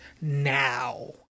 now